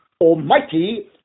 Almighty